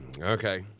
Okay